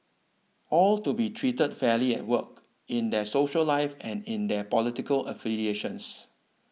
all to be treated fairly at work in their social life and in their political affiliations